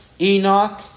Enoch